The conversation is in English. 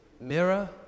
mirror